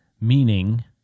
Meaning